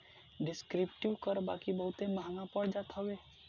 descriptive कर बाकी बहुते महंग पड़ जात हवे